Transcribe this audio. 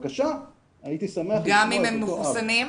גם אם הם מחוסנים?